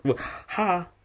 Ha